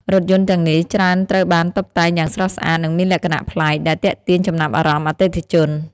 រថយន្តទាំងនេះច្រើនត្រូវបានតុបតែងយ៉ាងស្រស់ស្អាត និងមានលក្ខណៈប្លែក ដែលទាក់ទាញចំណាប់អារម្មណ៍អតិថិជន។